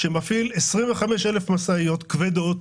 שמפעיל 25,000 משאיות כבדות,